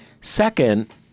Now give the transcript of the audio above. Second